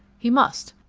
he must.